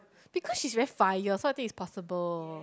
because she's very fire so I think it's possible